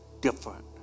different